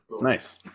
Nice